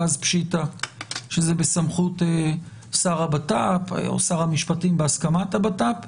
ואז פשיטא שזה בסמכות השר לביטחון הפנים או שר המשפטים בהסכמת הבט"פ.